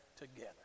together